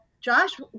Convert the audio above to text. Josh